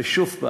ושוב,